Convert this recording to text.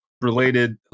related